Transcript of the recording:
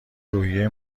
روحیه